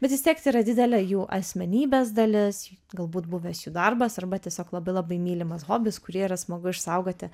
bet vis tiek tai yra didelė jų asmenybės dalis galbūt buvęs jų darbas arba tiesiog labai labai mylimas hobis kurį yra smagu išsaugoti